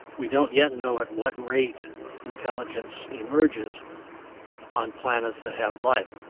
we don't yet know at what rate intelligence emerges on planets that have life.